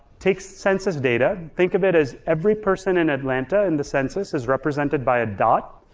take census data, think of it as every person in atlanta in the census as represented by a dot,